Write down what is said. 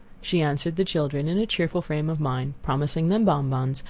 she answered the children in a cheerful frame of mind, promising them bonbons,